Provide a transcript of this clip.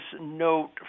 note